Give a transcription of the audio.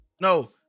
No